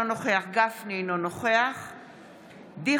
אינו נוכח משה גפני,